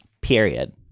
period